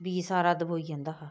बी सारा दबोई जंदा हा